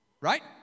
right